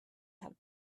had